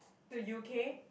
to U_K